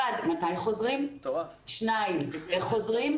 האחד, מתי חוזרים, השני, איך חוזרים,